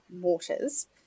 waters